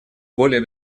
более